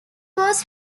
was